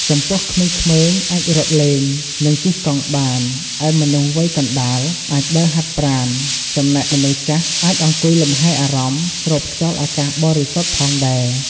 ចំពោះក្មេងៗអាចរត់លេង និងជិះកង់បាន ឯមនុស្សវ័យកណ្ដាលអាចដើរហាត់ប្រាណ ចំណែកមនុស្សចាស់អាចអង្គុយលំហែអារម្មណ៍ ស្រូបខ្យល់អាកាសបរិសុទ្ធផងដែរ។